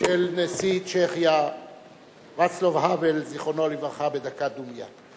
של נשיא צ'כיה ואצלב האוול בדקת דומייה.